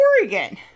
Oregon